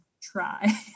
try